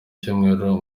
cyumweru